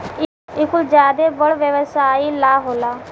इ कुल ज्यादे बड़ व्यवसाई ला होला